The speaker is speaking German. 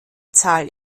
zahl